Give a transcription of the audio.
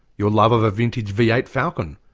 your love of a vintage v eight falcon,